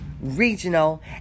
regional